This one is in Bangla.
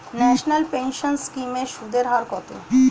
ন্যাশনাল পেনশন স্কিম এর সুদের হার কত?